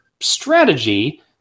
strategy